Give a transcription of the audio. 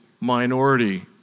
minority